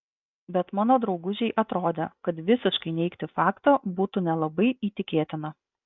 bet mano draugužei atrodė kad visiškai neigti faktą būtų nelabai įtikėtina